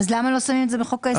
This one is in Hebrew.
אז למה לא שמים את זה בחוק ההסדרים?